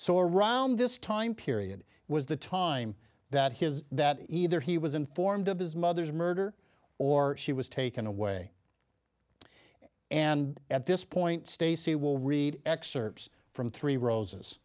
so around this time period was the time that his that either he was informed of his mother's murder or she was taken away and at this point stacy will read excerpts from three roses